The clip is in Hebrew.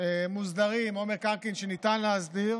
מוסדרים או מקרקעין שניתן להסדיר